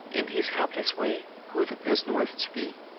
in his helpless way, who the person was to be?